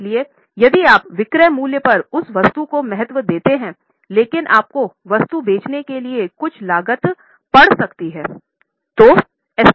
इसलिए यदि आप विक्रय मूल्य पर उस वस्तु को महत्व देते हैं लेकिन आपको वस्तु बेचने के लिए कुछ लागत पड़ सकती है